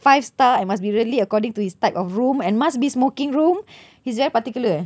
five star and must be really according to his type of room and must be smoking room he's very particular eh